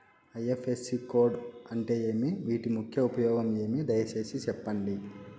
IFSC code అంటే ఏమి? వీటి ముఖ్య ఉపయోగం ఏమి? దయసేసి సెప్పండి?